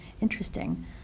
interesting